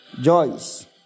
Joyce